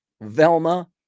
Velma